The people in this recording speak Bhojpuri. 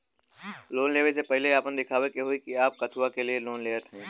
लोन ले वे से पहिले आपन दिखावे के होई कि आप कथुआ के लिए लोन लेत हईन?